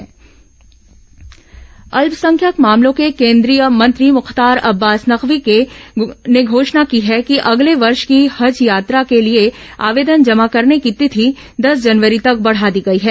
हज आवेदन तिथि अल्पसंख्यक मामलों के केन्द्रीय मंत्री मुख्तार अब्बास नकवी ने घोषणा की है कि अगले वर्ष की हज यात्रा के लिए आवेदन जमा करने की तिथि दस जनवरी तक बढ़ा दी गई है